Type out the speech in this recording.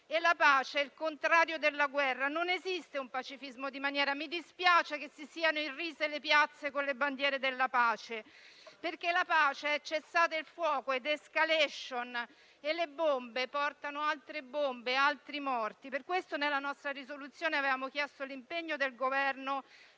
e la pace è il contrario della guerra. Non esiste un pacifismo di maniera e mi dispiace che si siano irrise le piazze con le bandiere della pace, perché la pace è cessate il fuoco, è *de-escalation* e le bombe portano altre bombe e altri morti. Per questo nella nostra risoluzione avevamo chiesto al Governo